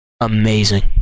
Amazing